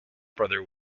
brother